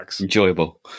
enjoyable